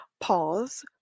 pause